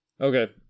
Okay